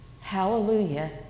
Hallelujah